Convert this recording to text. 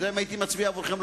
אם הייתי מצביע עבורכם,